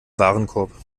warenkorb